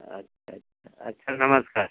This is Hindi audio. अच्छा अच्छा अच्छा नमस्कार